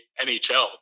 NHL